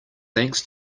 thanks